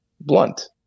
blunt